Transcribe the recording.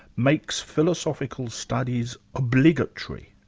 makes philosophical studies obligatory.